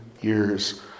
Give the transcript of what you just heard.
years